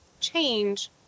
Change